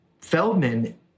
Feldman